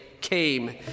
came